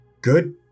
good